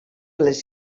les